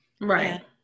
right